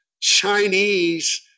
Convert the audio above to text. Chinese